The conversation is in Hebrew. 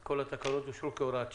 כל התקנות אושרו כהוראת שעה.